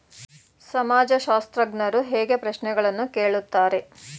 ಸಮಾಜಶಾಸ್ತ್ರಜ್ಞರು ಹೇಗೆ ಪ್ರಶ್ನೆಗಳನ್ನು ಕೇಳುತ್ತಾರೆ?